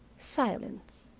silence.